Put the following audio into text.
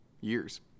years